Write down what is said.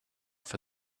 for